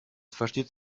versteht